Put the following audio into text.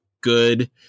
good